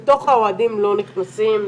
לתוך האוהדים לא נכנסים,